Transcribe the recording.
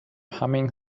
humming